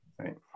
Right